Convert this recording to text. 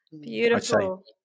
beautiful